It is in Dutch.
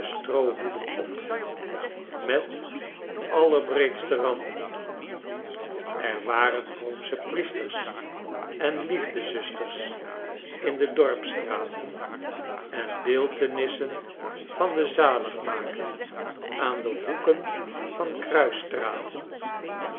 stroohoeden op met allerbreedste randen er waren roomsche priesters en liefdezusters in de dorpsstraten en beeltenissen van den zaligmaker aan de hoeken van kruisstraten